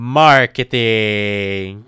marketing